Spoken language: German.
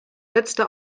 letzte